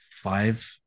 five